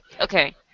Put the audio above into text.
okay